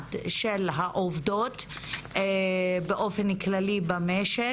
ומעמד של העובדות באופן כללי במשק,